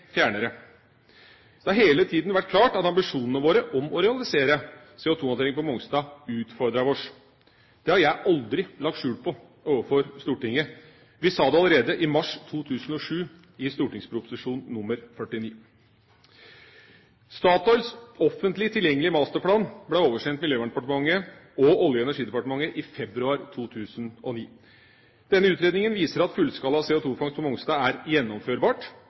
fjernere. Det har hele tida vært klart at ambisjonene våre om å realisere CO2-håndteringa på Mongstad utfordrer oss. Det har jeg aldri lagt skjul på overfor Stortinget. Vi sa det allerede i mars 2007 i St.prp. nr. 49 for 2006–2007. Statoils offentlig tilgjengelige masterplan ble oversendt Miljøverndepartementet og Olje- og energidepartementet i februar 2009. Denne utredninga viser at fullskala CO2-fangst på Mongstad er gjennomførbart,